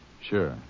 Sure